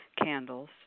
candles